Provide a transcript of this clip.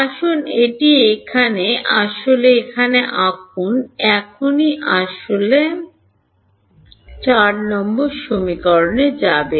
আসুন এটি এখানে এখানে আসলে এখানে আঁকুন এখনই আসুন তাহলে 4 সমীকরণে যাব